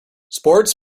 sports